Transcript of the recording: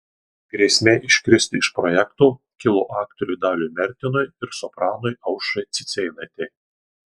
grėsmė iškristi iš projekto kilo aktoriui daliui mertinui ir sopranui aušrai cicėnaitei